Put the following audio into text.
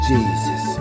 Jesus